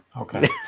Okay